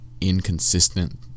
inconsistent